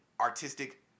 artistic